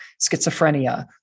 schizophrenia